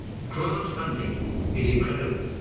grant funding is incredible.